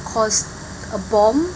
cost a bomb